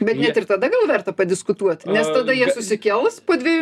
bet net ir tada gal verta padiskutuot nes tada jie susikels po dvejų